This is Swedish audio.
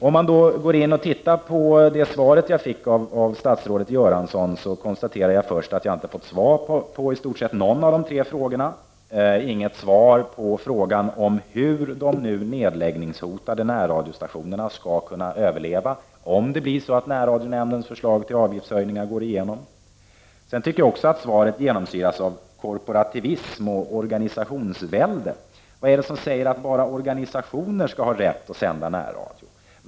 Om jag tittar på det svar som jag fick av statsrådet Göransson, kan jag till att börja med konstatera att jag i stort sett inte har fått svar på någon av mina tre frågor. Jag har t.ex. inte fått något svar på min fråga om hur de nu nedläggningshotade närradiostationerna skall kunna överleva om närradionämndens förslag till avgiftshöjningar går igenom. Dessutom tycker jag att svaret genomsyras av korporativism och organisationsvälde. Vad är det som säger att det bara är organisationer som skall ha rätt till närradiosändningar?